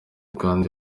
kandi